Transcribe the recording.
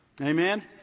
amen